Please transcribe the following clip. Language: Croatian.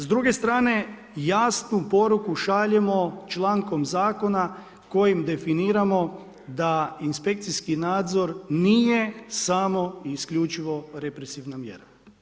S druge strane jasnu poruku šaljemo člankom zakona kojim definiramo da inspekcijski nadzor nije samo i isključivo represivna mjera.